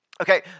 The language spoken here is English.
okay